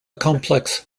complex